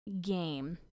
game